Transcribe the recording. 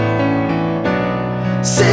Say